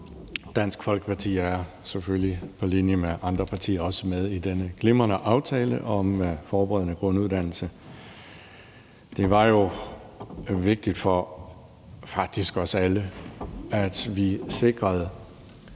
Dansk Folkeparti er selvfølgelig også, på linje med andre partier, med i denne glimrende aftale om forberedende grunduddannelse. Det var jo vigtigt, faktisk for os alle, at vi sikrede